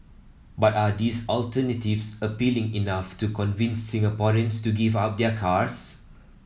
but are these alternatives appealing enough to convince Singaporeans to give up their cars